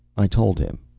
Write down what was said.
i told him.